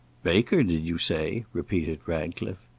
baker, did you say? repeated ratcliffe.